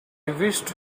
wished